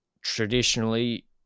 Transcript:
traditionally